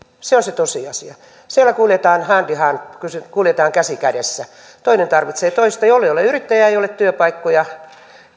se on se tosiasia siellä kuljetaan hand i hand kuljetaan käsi kädessä toinen tarvitsee toista jollei ole yrittäjää ei ole työpaikkoja